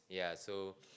yeah so